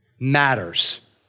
Matters